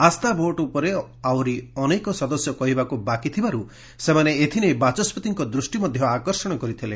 ଆସ୍ଥା vote ଉପରେ ଆହୁରି ଅନେକ ସଦସ୍ୟ କହିବାକୁ ବାକି ଥିବାରୁ ସେମାନେ ଏଥିନେଇ ବାଚସ୍ୱତିଙ୍କ ଦୃଷ୍ଟି ଆକର୍ଷଣ କରିଥିଲେ